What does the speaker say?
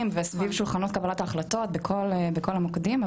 וסביב שולחנות קבלת ההחלטות בכל המוקדים,